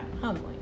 humbling